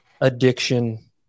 addiction